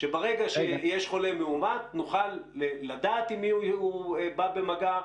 שברגע שיש חולה מאומת נוכל לדעת עם מי הוא בא במגע,